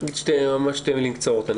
ממש שתי מילים קצרות.